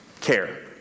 Care